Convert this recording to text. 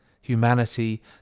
Humanity